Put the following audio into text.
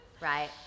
Right